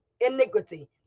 iniquity